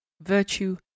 virtue